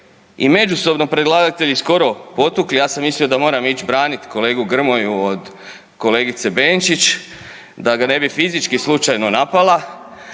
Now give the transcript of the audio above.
i međusobno predlagatelji skoro potukli, ja sam mislio da moram ići branit kolegu Grmoju od kolegice Benčić da ga ne bi fizički slučajno napala,